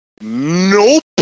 Nope